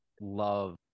love